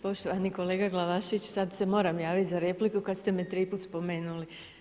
Poštovani kolega Glavašević, sad se moram javiti za repliku kad ste me triput spomenuli.